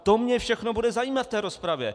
To mě všechno bude zajímat v té rozpravě.